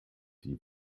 die